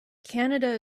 canada